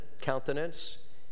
countenance